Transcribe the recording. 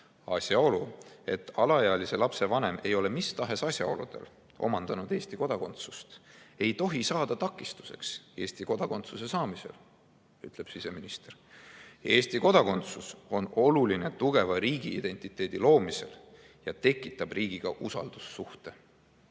Asjaolu, et alaealise lapse vanem ei ole mis tahes asjaoludel omandanud Eesti kodakondsust, ei tohi saada takistuseks Eesti kodakondsuse saamisel. Eesti kodakondsus on oluline tugeva riigi identiteedi loomisel ja tekitab riigiga usaldussuhte.